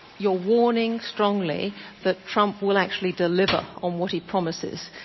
you're warning strongly that trump will actually deliver on what he promises.